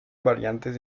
variantes